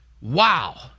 Wow